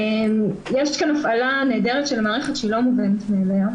יש כאן הפעלה נהדרת של מערכת שהיא לא מובנת מאליה,